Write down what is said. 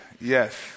yes